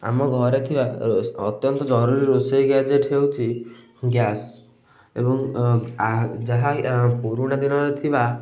ଆମ ଘରେ ଥିବା ଅତ୍ୟନ୍ତ ଜରୁରୀ ଥିବା ରୋଷେଇ ଗ୍ୟାଜେଟ୍ ହେଉଛି ଗ୍ୟାସ ଏବଂ ଯାହା ପୁରୁଣା ଦିନରେ ଥିବା